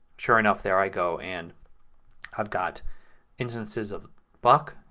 sure enough, there i go and i've got instances of buck,